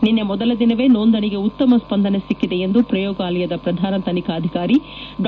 ನಿನ್ನೆ ಮೊದಲ ದಿನವೇ ನೋಂದಣಿಗೆ ಉತ್ತಮ ಸ್ಪಂದನೆ ಸಿಕ್ಕದೆ ಎಂದು ಪ್ರಯೋಗಾಲಯದ ಪ್ರಧಾನ ತನಿಖಾಧಿಕಾರಿ ಡಾ